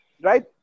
right